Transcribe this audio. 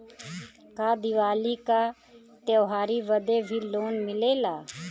का दिवाली का त्योहारी बदे भी लोन मिलेला?